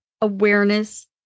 awareness